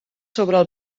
sobre